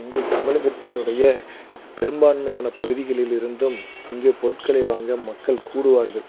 இங்கு தமிழகத்தினுடைய பெரும்பான்மையான பகுதிகளில் இருந்தும் அங்கு பொருட்களை வாங்க மக்கள் கூடுவார்கள்